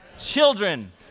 Children